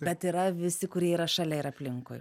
bet yra visi kurie yra šalia ir aplinkui